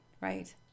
right